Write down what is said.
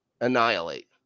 annihilate